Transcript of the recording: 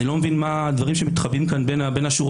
אני לא מבין מה הדברים שמתחבאים כאן בין השורות.